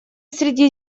среди